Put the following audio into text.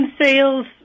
sales